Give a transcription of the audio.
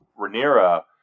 Rhaenyra